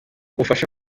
umufasha